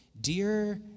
dear